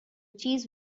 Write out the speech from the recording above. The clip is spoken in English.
cheese